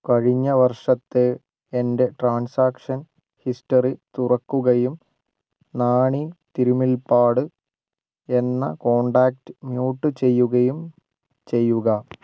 കഴിഞ്ഞ വർഷത്തെ എൻ്റെ ട്രാൻസാക്ഷൻ ഹിസ്റ്ററി തുറക്കുകയും നാണി തിരുമുൽപ്പാട് എന്ന കോൺടാക്റ്റ് മ്യൂട്ട് ചെയ്യുകയും ചെയ്യുക